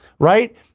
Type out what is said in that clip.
right